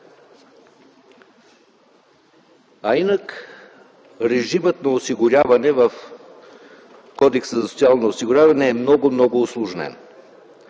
А иначе режимът на осигуряване в Кодекса за социално осигуряване е много, много усложнен.